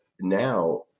now